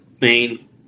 main